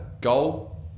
Goal